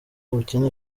ubukene